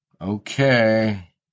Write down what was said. Okay